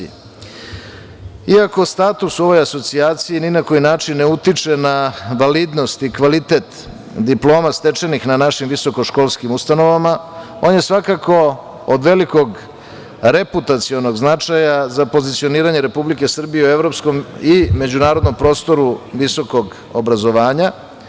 Iako status ove asocijacije ni na koji način ne utiče na validnost i kvalitet diploma stečenih na našim visokoškolskim ustanovama, on je svakako od velikog reputacionog značaja za pozicioniranje Republike Srbije u evropskom i međunarodnom prostoru visokog obrazovanja.